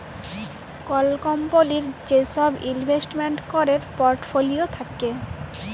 call কম্পলির যে সব ইলভেস্টমেন্ট ক্যরের পর্টফোলিও থাক্যে